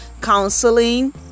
counseling